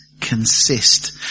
consist